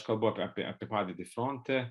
aš kalbu apie apie padėtį fronte